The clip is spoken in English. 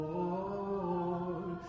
Lord